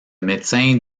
médecin